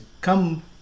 come